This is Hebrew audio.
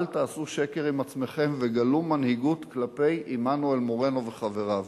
אל תעשו שקר עם עצמכם וגלו מנהיגות כלפי עמנואל מורנו וחבריו.